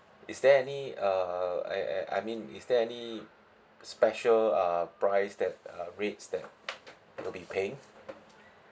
is there any uh I I I mean is there any special uh price that uh rates that we'll be paying